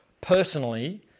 personally